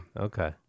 Okay